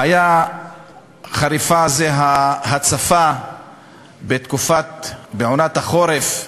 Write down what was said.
בעיה חריפה אחת היא ההצפה בעונת החורף,